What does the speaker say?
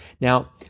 Now